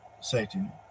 Satan